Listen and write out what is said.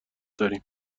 داریم